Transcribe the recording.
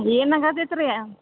ಏನು ಆಗದು ಐತಿ ರೀ